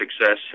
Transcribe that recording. success